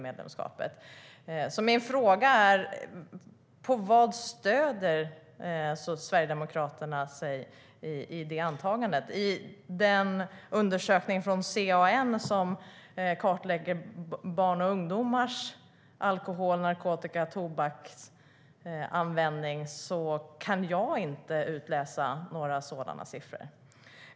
Min fråga är: På vad stöder Sverigedemokraterna sig i det antagandet? I en undersökning från CAN som kartlägger barns och ungdomars alkohol, narkotika och tobaksanvändning kan jag inte utläsa några sådana siffror.